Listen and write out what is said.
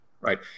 right